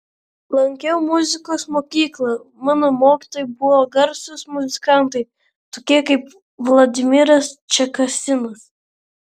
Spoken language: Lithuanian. lankiau muzikos mokyklą mano mokytojai buvo garsūs muzikantai tokie kaip vladimiras čekasinas